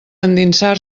endinsar